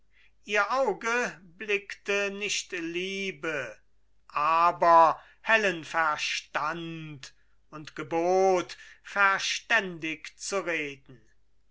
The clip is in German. ihr auge blickte nicht liebe aber hellen verstand und gebot verständig zu reden